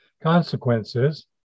Consequences